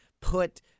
put